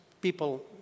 people